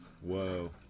Whoa